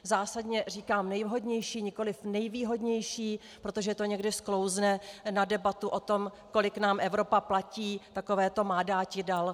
Zásadně říkám nejvhodnější, nikoliv nejvýhodnější, protože to někdy sklouzne na debatu o tom, kolik nám Evropa platí, takové to má dáti dal.